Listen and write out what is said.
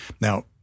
Now